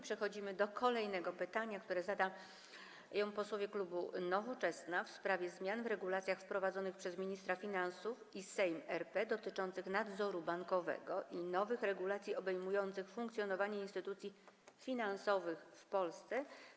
Przechodzimy do kolejnego pytania, które zadają posłowie klubu Nowoczesna, w sprawie zmian w regulacjach wprowadzanych przez Ministerstwo Finansów i Sejm RP dotyczących nadzoru bankowego i nowych regulacji obejmujących funkcjonowanie instytucji finansowych w Polsce.